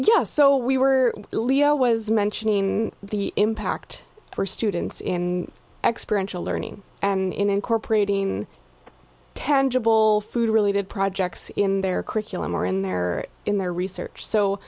yes so we were leo was mentioning the impact for students in experiential learning and in incorporating tangible food related projects in their curriculum or in their in their research so